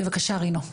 בבקשה רינו.